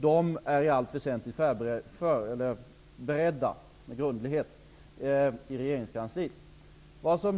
De är i allt väsentligt grundligt beredda i regeringskansliet.